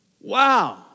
Wow